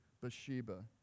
Bathsheba